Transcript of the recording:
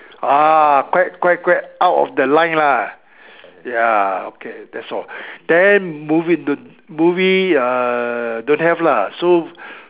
ah quite quite quite out of the line lah ya okay that's all okay then movie don't movie err don't have lah so